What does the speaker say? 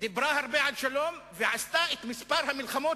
דיברה הרבה על שלום ועשתה את מספר המלחמות